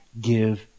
give